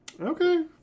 Okay